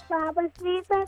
labas rytas